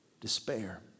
despair